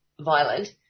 violent